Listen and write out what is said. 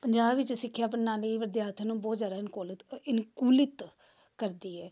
ਪੰਜਾਬ ਵਿੱਚ ਸਿੱਖਿਆ ਪ੍ਰਣਾਲੀ ਵਿਦਿਆਰਥੀਆਂ ਨੂੰ ਬਹੁਤ ਜ਼ਿਆਦਾ ਅਨਕੂਲਿਤ ਇਨਕੂਲਿਤ ਕਰਦੀ ਹੈ